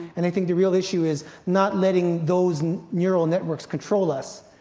and i think the real issue is not letting those neural networks control us,